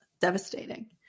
devastating